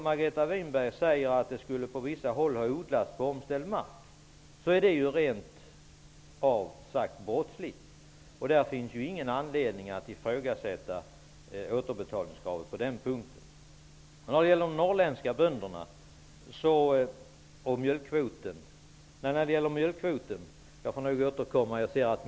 Margareta Winberg säger att det på vissa håll har odlats på omställd mark. Det är ju rent av brottsligt, och det finns ingen anledning att ifrågasätta återbetalningskravet på den punkten.